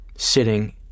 sitting